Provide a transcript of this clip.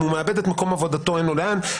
אם הוא מאבד את מקור עבודתו אין לו לאן ללכת.